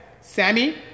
Sammy